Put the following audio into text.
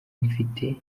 mfite